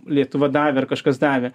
lietuva davė ar kažkas davė